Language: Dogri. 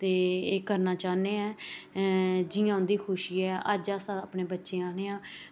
ते एह् करना चाह्नें ऐं जियां उंदी खुशी ऐ जियां अज अस अपने बच्चें ई चाह्ने आं